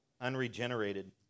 unregenerated